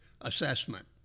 assessment